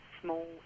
small